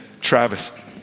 Travis